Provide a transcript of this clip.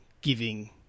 giving